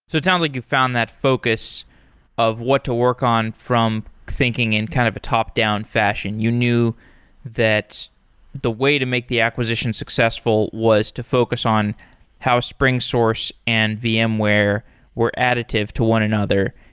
it sounds like you found that focus of what to work on from thinking in kind of a top-down fashion. you knew that the way to make the acquisition successful was to focus on how springsource and vmware were additive to one another,